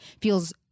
feels